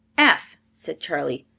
f, said charley.